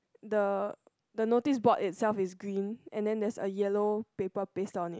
the the noticeboard itself is green and then there's a yellow paper pasted on it